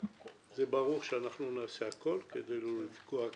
זה ברור שאנחנו נעשה הכול כדי לא לפגוע כלכלית